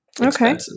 Okay